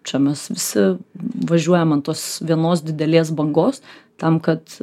čia mes visi važiuojam ant tos vienos didelės bangos tam kad